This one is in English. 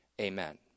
Amen